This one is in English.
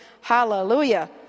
Hallelujah